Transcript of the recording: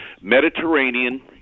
mediterranean